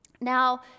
Now